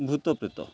ଭୂତପ୍ରେତ